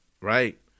Right